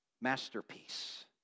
masterpiece